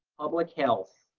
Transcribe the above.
public health,